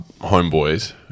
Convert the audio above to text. homeboys